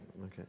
Okay